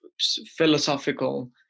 philosophical